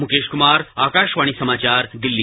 मुकेश कुमार आकासवाणी समाचार दिल्ली